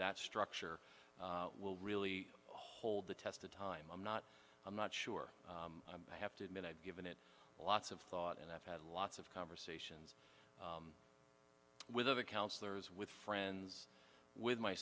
that structure will really hold the test of time i'm not i'm not sure i have to admit i've given it lots of thought and i've had lots of conversations with other councilors with friends with my